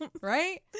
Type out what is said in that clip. Right